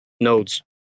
nodes